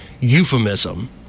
euphemism